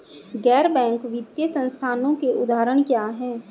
गैर बैंक वित्तीय संस्थानों के उदाहरण क्या हैं?